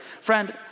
Friend